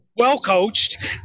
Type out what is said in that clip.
well-coached